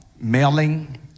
mailing